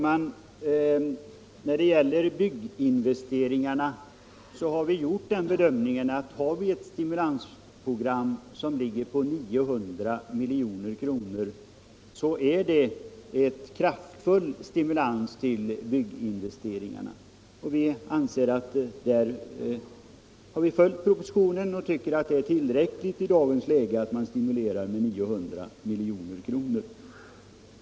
Herr talman! Vi har gjort den bedömningen att ett program som omfattar 900 miljoner innebär en kraftfull stimulans till bygginvesteringarna. Vi har följt propositionen därför att vi tycker att 900 miljoner är tillräckligt i dagens läge.